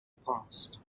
past